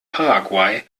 paraguay